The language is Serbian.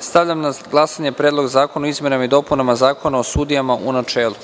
Stavljam na glasanje Predlog zakona o izmenama i dopunama Zakona o javnom